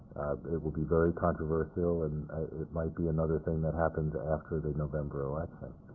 it will be very controversial, and it might be another thing that happens after the november election.